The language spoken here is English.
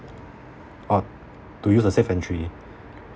or to use the safe entry